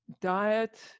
diet